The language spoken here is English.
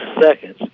seconds